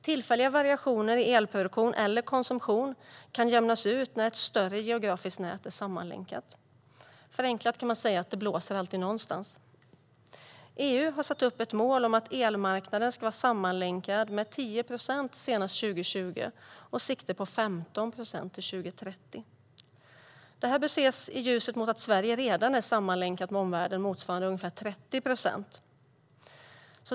Tillfälliga variationer i elproduktion eller elkonsumtion kan jämnas ut när ett större geografiskt nät är sammanlänkat. Förenklat kan man säga att det alltid blåser någonstans. EU har satt upp ett mål om att elmarknaden ska vara sammanlänkad till 10 procent senast 2020, med sikte på 15 procent till 2030. Det här bör ses i ljuset av att Sverige redan är sammanlänkat med omvärlden motsvarande ungefär 30 procent.